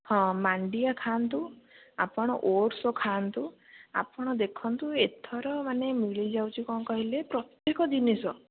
ହଁ ମାଣ୍ଡିଆ ଖାଆନ୍ତୁ ଆପଣ ଓଟ୍ସ ଖାଆନ୍ତୁ ଆପଣ ଦେଖନ୍ତୁ ଏଥର ମାନେ ମିଳିଯାଉଛି କ'ଣ କହିଲେ ପ୍ରତ୍ୟେକ ଜିନିଷ